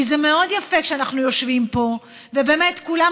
זה מאוד יפה שאנחנו יושבים ובאמת כולם